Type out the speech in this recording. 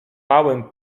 małym